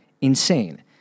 insane